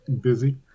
Busy